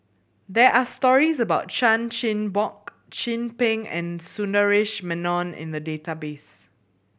there are stories about Chan Chin Bock Chin Peng and Sundaresh Menon in the database